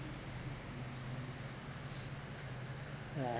right